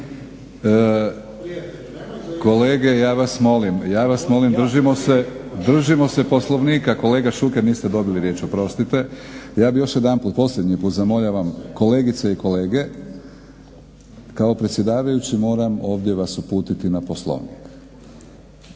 Kolega, ja vas molim držimo se Poslovnika, kolega Šuker niste dobili riječ, oprostite. Ja bih još jedanput posljednji put zamolio kolegice i kolege kao predsjedavajući moram vas ovdje uputiti na Poslovnik